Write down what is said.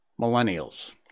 Millennials